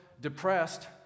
depressed